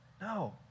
No